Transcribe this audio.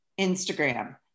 instagram